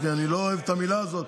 אני לא אוהב את המילה הזאת,